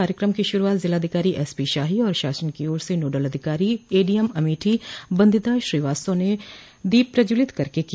कार्यक्रम की शुरूआत जिलाधिकारी एसपीशाही व शासन की ओर से नोडल अधिकारी एडीएम अमेठी बन्दिता श्रीवास्तव ने दीप प्रज्ज्वलित करके किया